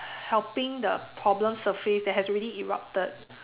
helping the problem surface that has already erupted